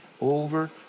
over